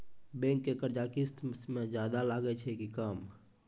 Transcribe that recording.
Bank के कर्जा किस्त मे ज्यादा लागै छै कि कम?